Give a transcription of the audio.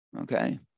okay